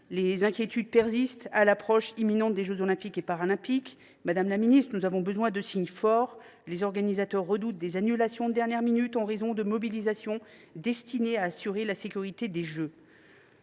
les inquiétudes s’accroissent à l’approche des jeux Olympiques et Paralympiques. Madame la ministre, nous avons besoin de signes forts : les organisateurs redoutent des annulations de dernière minute en raison de mobilisations destinées à assurer la sécurité des Jeux.